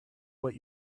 what